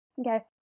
Okay